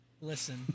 listen